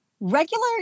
regular